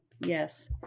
Yes